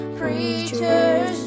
preachers